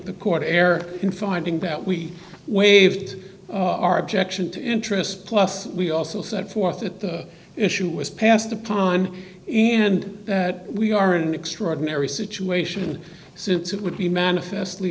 the court err in finding that we waived our objection to interest plus we also set forth at the issue was passed upon and that we are an extraordinary situation since it would be manifest